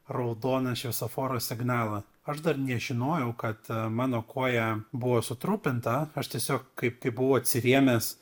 raudoną šviesoforo signalą aš dar nežinojau kad mano koja buvo sutrupinta aš tiesiog kaip kaip buvo atsirėmęs